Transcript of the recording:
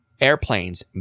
airplanes